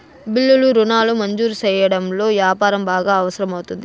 బిల్లులు రుణాలు మంజూరు సెయ్యడంలో యాపారం బాగా అవసరం అవుతుంది